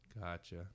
gotcha